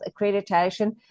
accreditation